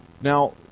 Now